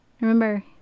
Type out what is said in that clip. remember